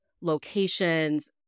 locations